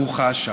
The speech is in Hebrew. ברוכה השבה.